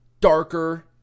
darker